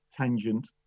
tangent